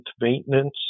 maintenance